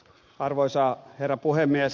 arvoisa herra puhemies